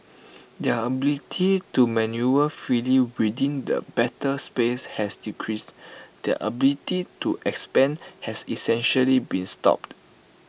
their ability to manoeuvre freely within the battle space has decreased their ability to expand has essentially been stopped